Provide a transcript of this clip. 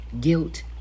guilt